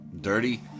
dirty